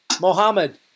Mohammed